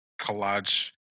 collage